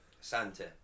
Santa